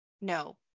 No